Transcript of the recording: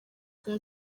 bwa